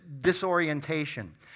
disorientation